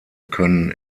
können